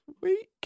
week